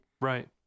Right